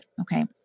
okay